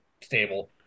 stable